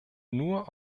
nur